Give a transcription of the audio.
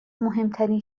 مهمترین